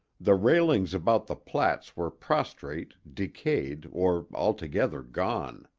the railings about the plats were prostrate, decayed, or altogether gone.